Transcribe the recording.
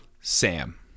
Sam